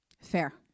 Fair